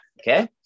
okay